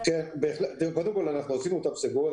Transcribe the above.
אנחנו עיצבנו תו סגול,